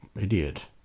idiot